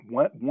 one